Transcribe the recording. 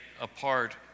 apart